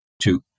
Two